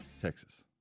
Texas